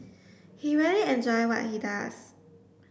he really enjoy what he does